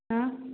ହଁ